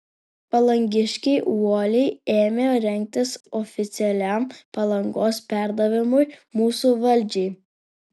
palangiškiai uoliai ėmė rengtis oficialiam palangos perdavimui mūsų valdžiai